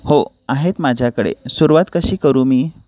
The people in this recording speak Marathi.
हो आहेत माझ्याकडे सुरुवात कशी करू मी